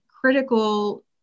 critical